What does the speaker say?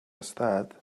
estat